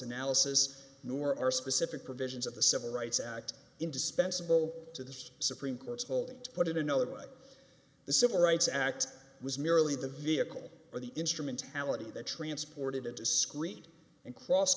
analysis nor are specific provisions of the civil rights act indispensable to the supreme court's holding to put it another way the civil rights act was merely the vehicle for the instrumentality that transported a discreet and cross